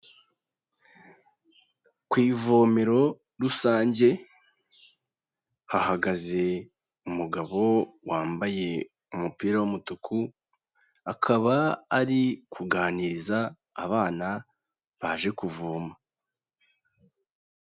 Ku ivomero rusange, hahagaze umugabo wambaye umupira w'umutuku, akaba ari kuganiriza abana baje kuvoma.